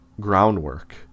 groundwork